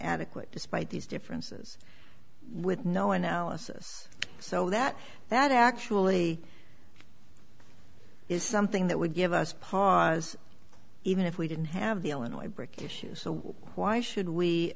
adequate despite these differences with no analysis so that that actually is something that would give us pause even if we didn't have the illinois bridge issues why should we